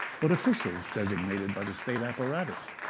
but officials designated by the state apparatus.